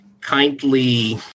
kindly